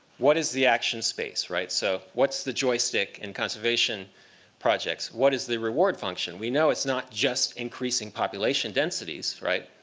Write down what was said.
what is the action space, right? so what's the joystick in conservation projects? what is the reward function? we know it's not just increasing population densities, right?